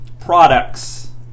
products